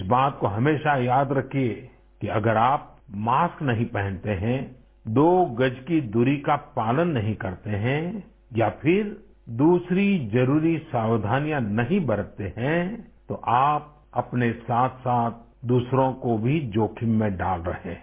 इस बात को हमेशा याद रखिए कि अगर आप मास्क नहीं पहनते हैं दो गज की दूरी का पालन नहीं करते हैं या फिर दूसरी जरुरी सावधानियां नहीं बरतते हैं तो आप अपने साथ साथ दूसरों को भी जोखिम में डाल रहे हैं